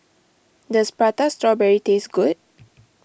does Prata Strawberry taste good